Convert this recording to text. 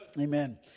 Amen